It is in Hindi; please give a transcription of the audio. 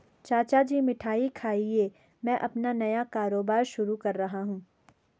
चाचा जी मिठाई खाइए मैं अपना नया कारोबार शुरू कर रहा हूं